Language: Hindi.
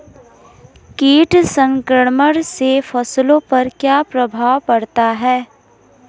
कीट संक्रमण से फसलों पर क्या प्रभाव पड़ता है?